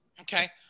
Okay